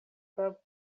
por